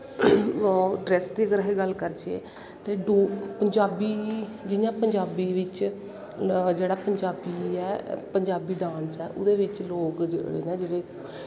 dress दी अगर अस गल्ल करचै ते जियां पंजाबी बिच्च जेह्ड़ा पंजाबी ऐ पंजाबी डांस ऐ ओह्दै बिच्च लोग नै